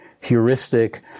heuristic